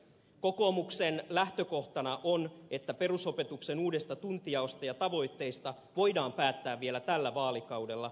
kokoomuksen lähtökohtana on että perusopetuksen uudesta tuntijaosta ja tavoitteista voidaan päättää vielä tällä vaalikaudella